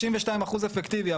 32% אפקטיבי.